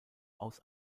aus